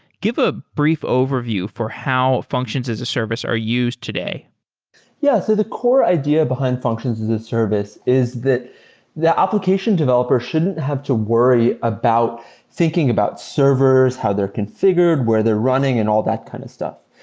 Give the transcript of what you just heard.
give a brief overview for how functions as a service are used today sed yeah so the core idea behind functions as a service is that the application developers shouldn't have to worry about thinking about servers, how they're configured, where they're running and all that kind of stuff.